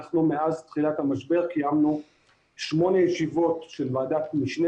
מאז תחילת המשבר קיימנו שמונה ישיבות של ועדת משנה